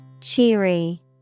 Cheery